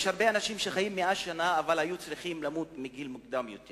יש הרבה אנשים שחיים 100 שנה אבל היו צריכים למות מוקדם יותר.